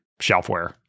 shelfware